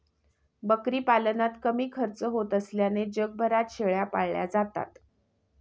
बकरी पालनात कमी खर्च होत असल्याने जगभरात शेळ्या पाळल्या जातात